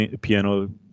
piano